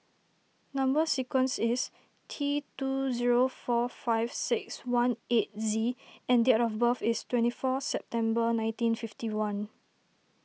Number Sequence is T two zero four five six one eight Z and date of birth is twenty four September nineteen fifty one